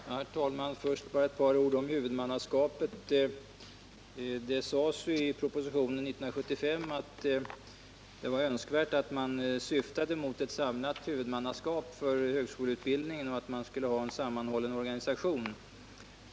Herr talman! Först bara ett par ord om huvudmannaskapet. I propositionen från år 1975 sades att det var önskvärt att man syftade mot ett samlat huvudmannaskap för högskoleutbildningen och att man skulle ha en sammanhållen organisation.